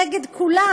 נגד כולם.